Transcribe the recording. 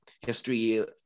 history